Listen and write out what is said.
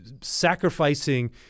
sacrificing